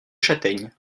châtaignes